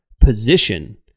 position